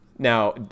now